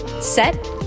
set